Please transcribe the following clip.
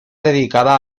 dedicada